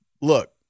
Look